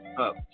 up